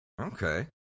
Okay